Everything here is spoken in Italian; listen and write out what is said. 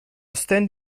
stand